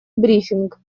брифинг